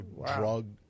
drug